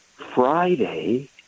Friday